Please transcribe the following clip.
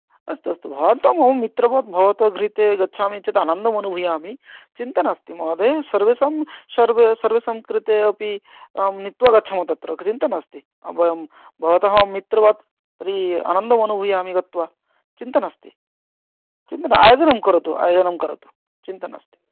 अस्तु अस्तु भवान् तु मम मित्रवत् भवत कृते गच्छामि चेत् आनन्दम् अनुभूयामि चिन्ता नास्ति महोदय सर्वेषां सर्वे सर्वेषां कृते अपि अहं नीत्वा गच्छाम तत्र चिन्ता नास्ति वयं भवत मित्रवत् तर्हि आनन्दम् अनुभूयामि गत्वा चिन्ता नास्ति चिन्ता न आयोजनं करोतु आयोजनं करोतु चिन्ता नास्ति